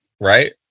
right